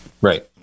Right